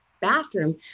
bathroom